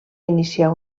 iniciar